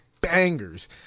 bangers